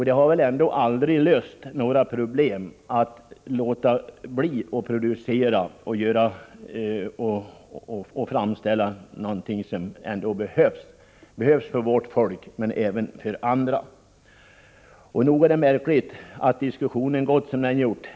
Det har väl aldrig löst några problem att låta bli att producera någonting som ändå behövs för vårt folk och även för andra. Nog är det märkligt att diskussionen gått som den gjort.